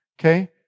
Okay